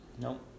Nope